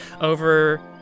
over